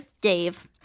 Dave